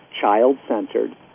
child-centered